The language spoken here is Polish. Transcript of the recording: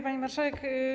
Pani Marszałek!